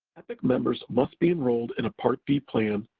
epic members must be enrolled in a part b plan,